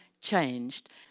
changed